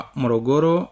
morogoro